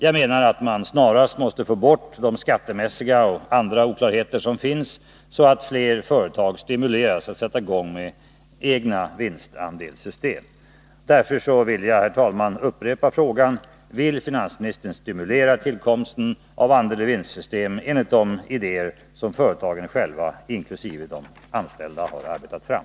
Jag menar att man snarast måste få bort de skattemässiga och andra oklarheter som finns, så att fler företag stimuleras att sätta i gång med egna vinstandelssystem. Herr talman! Jag upprepar frågan: Vill finansministern stimulera tillkomsten av vinstdelning enligt de system som företagen själva, inkl. de anställda, har arbetat fram?